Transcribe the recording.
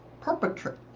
perpetrator